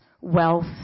wealth